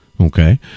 Okay